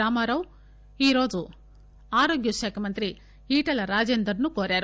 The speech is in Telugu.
రామారావు ఈరోజు ఆరోగ్య శాఖ మంత్రి ఈటల రాజేందర్ ను కోరారు